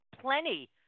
plenty